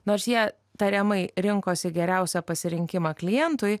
nors jie tariamai rinkosi geriausią pasirinkimą klientui